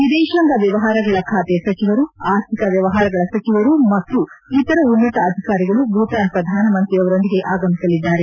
ವಿದೇಶಾಂಗ ವ್ಯವಹಾರಗಳ ಖಾತೆ ಸಚಿವರು ಆರ್ಥಿಕ ವ್ಯವಹಾರಗಳ ಸಚಿವರು ಮತ್ತು ಇತರ ಉನ್ನತ ಅಧಿಕಾರಿಗಳು ಭೂತಾನ್ ಪ್ರಧಾನಮಂತ್ರಿಯವರೊಂದಿಗೆ ಆಗಮಿಸಲಿದ್ದಾರೆ